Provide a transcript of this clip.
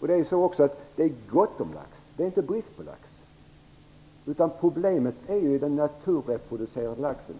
Det är vidare gott om lax, inte brist på lax. Problemet är den naturreproducerande laxen.